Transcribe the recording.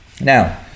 Now